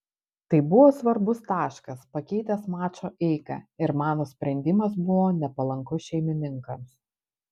tai buvo svarbus taškas pakeitęs mačo eigą ir mano sprendimas buvo nepalankus šeimininkams